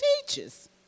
teaches